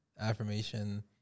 affirmation